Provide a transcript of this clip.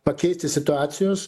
pakeisti situacijos